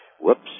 Whoops